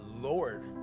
Lord